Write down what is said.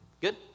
Good